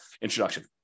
introduction